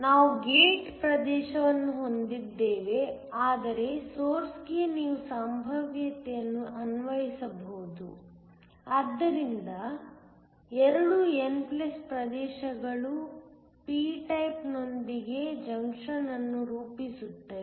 ನಾವು ಗೇಟ್ ಪ್ರದೇಶವನ್ನು ಹೊಂದಿದ್ದೇವೆ ಅದರ ಸೊರ್ಸ್ ಗೆ ನೀವು ಸಂಭಾವ್ಯತೆಯನ್ನು ಅನ್ವಯಿಸಬಹುದು ಆದ್ದರಿಂದ 2 n ಪ್ರದೇಶಗಳು p ಟೈಪ್ನೊಂದಿಗೆ ಜಂಕ್ಷನ್ ಅನ್ನು ರೂಪಿಸುತ್ತವೆ